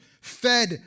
fed